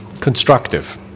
constructive